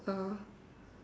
uh